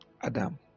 Adam